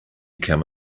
come